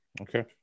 Okay